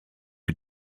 you